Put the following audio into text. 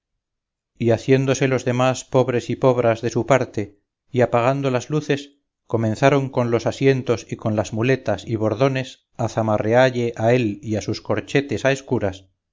y haciéndose los demás pobres y pobras de su parte y apagando las luces comenzaron con los asientos y con las muletas y bordones a zamarrealle a él y a sus corchetes a escuras